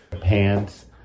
Pants